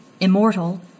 immortal